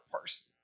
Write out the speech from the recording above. person